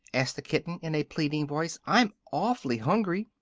asked the kitten, in a pleading voice. i'm awfully hungry.